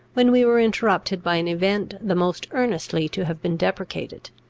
when we were interrupted by an event the most earnestly to have been deprecated.